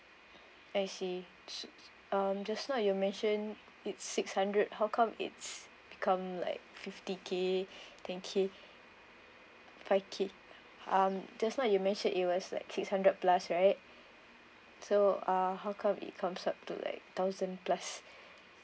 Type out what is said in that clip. I see um just now you mention it's six hundred how come it's become like fifty K ten K five K um just now you mention it was like six hundred plus right so uh how come it comes up to like thousand plus